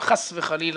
אם חס וחלילה,